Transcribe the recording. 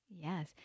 Yes